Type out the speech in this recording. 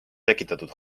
tekitatud